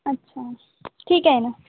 अच्छा ठीक आहे ना